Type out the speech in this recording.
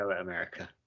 America